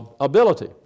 ability